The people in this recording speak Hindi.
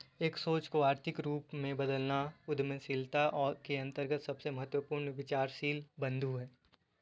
एक सोच को आर्थिक रूप में बदलना उद्यमशीलता के अंतर्गत सबसे महत्वपूर्ण विचारशील बिन्दु हैं